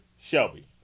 Shelby